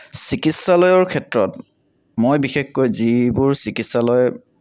চিকিৎসালয়ৰ ক্ষেত্ৰত মই বিশেষকৈ যিবোৰ চিকিৎসালয়